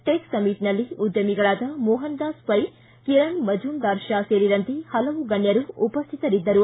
tick ಸಮ್ಮಿಟ್ನಲ್ಲಿ ಉದ್ಯಮಿಗಳಾದ ಮೋಹನದಾಸ್ ಪ್ಯೆ ಕಿರಣ ಮಜುಂದಾರ್ ಶಾ ಸೇರಿದಂತೆ ಹಲವು ಗಣ್ಣರು ಉಪಸ್ಥಿತರಿದ್ದರು